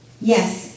Yes